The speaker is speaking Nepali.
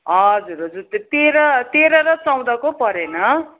हजुर हजुर तेह्र तेह्र र चौधको परेन